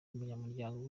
umunyamuryango